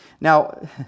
Now